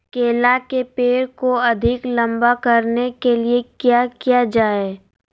केला के पेड़ को अधिक लंबा करने के लिए किया किया जाए?